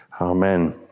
Amen